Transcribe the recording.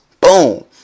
boom